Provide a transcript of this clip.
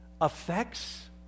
affects